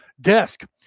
desk